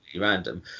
random